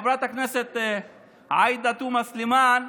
חברת הכנסת עאידה תומא סלימאן,